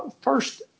first